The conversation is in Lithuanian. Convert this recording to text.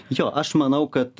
jo aš manau kad